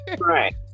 Right